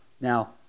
Now